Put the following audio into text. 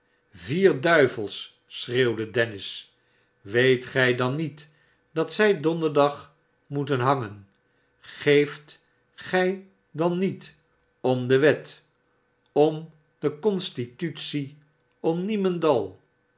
svier duivels schreeuwde dennis weet gij dan niet dat zij donderdag moeten hangen geeft gij dan nietom de wet om de constitutie om niemendal